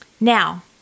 now